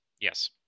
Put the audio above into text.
Yes